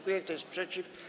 Kto jest przeciw?